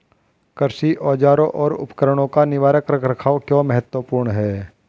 कृषि औजारों और उपकरणों का निवारक रख रखाव क्यों महत्वपूर्ण है?